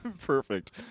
Perfect